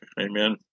Amen